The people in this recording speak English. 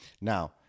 Now